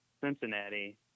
Cincinnati